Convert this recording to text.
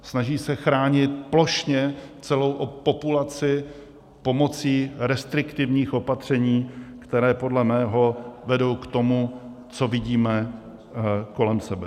Snaží se chránit plošně celou populaci s pomocí restriktivních opatření, která podle mého vedou k tomu, co vidíme kolem sebe.